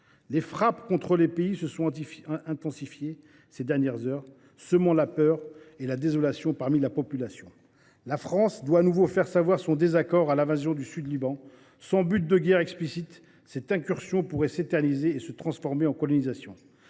Les frappes contre le pays se sont intensifiées ces dernières heures, semant la peur et la désolation parmi la population. La France doit de nouveau exprimer son désaccord face à l’invasion du Sud Liban. Sans buts de guerre explicites, cette incursion pourrait s’éterniser et se transformer en colonisation.